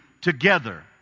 together